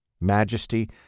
majesty